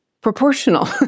proportional